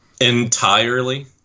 entirely